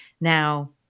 now